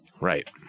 Right